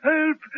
Help